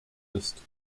ist